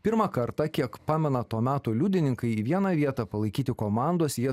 pirmą kartą kiek pamena to meto liudininkai į vieną vietą palaikyti komandos jie